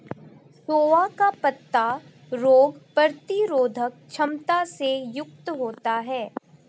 सोआ का पत्ता रोग प्रतिरोधक क्षमता से युक्त होता है